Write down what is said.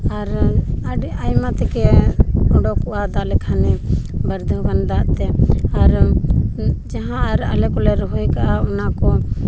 ᱟᱨ ᱟᱹᱰᱤ ᱟᱭᱢᱟ ᱛᱷᱮᱠᱮ ᱚᱰᱚᱠᱚᱜᱼᱟ ᱫᱟᱜ ᱞᱮᱠᱷᱟᱱᱮ ᱵᱟᱨ ᱫᱷᱟᱣ ᱜᱟᱱ ᱫᱟᱜ ᱛᱮ ᱟᱨ ᱡᱟᱦᱟᱸ ᱟᱨ ᱟᱞᱮ ᱠᱚᱞᱮ ᱨᱚᱦᱚᱭ ᱠᱟᱜᱼᱟ ᱟᱨ ᱚᱱᱟ ᱠᱚ